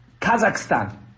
Kazakhstan